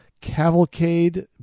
cavalcade